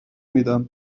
میدم